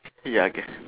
ya okay